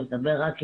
ומדבר רק עברית.